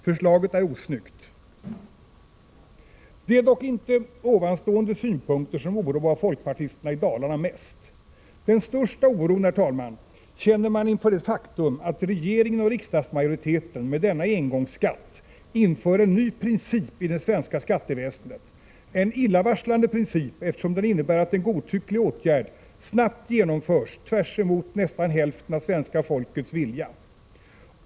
Förslaget är så osnyggt att man baxnar.” Det är dock inte de nu nämnda synpunkterna som oroar folkpartisterna i Dalarna mest! Den största oron känner man inför det faktum att regeringen och riksdagsmajoriteten med denna engångsskatt inför en ny princip i det svenska skatteväsendet, en illavarslande princip eftersom den innebär att en godtycklig åtgärd snabbt genomförs tvärtemot nästan hälften av svenska folkets vilja.